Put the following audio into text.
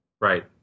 Right